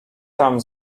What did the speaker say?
tam